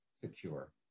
secure